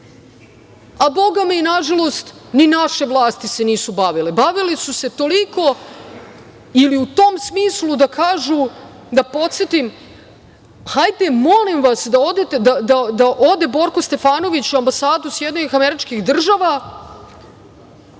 a bogami nažalost ni naše vlasti se nisu bavile. Bavile su se toliko ili u tom smislu da kažu, da podsetim – hajde molim vas da ode Borko Stefanović u Ambasadu SAD, tada i danas